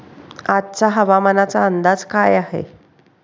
आजचा हवामानाचा अंदाज काय आहे?